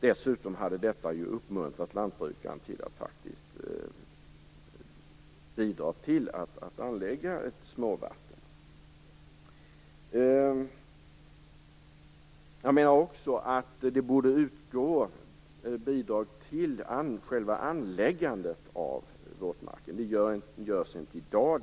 Dessutom hade detta uppmuntrat lantbrukaren att bidra till att anlägga småvatten. Jag menar också att det borde utgå bidrag till själva anläggandet av våtmarken. Det gör det inte i dag.